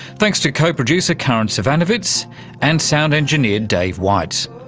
thanks to co-producer karin zsivanovits and sound engineer dave white.